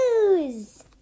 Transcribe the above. news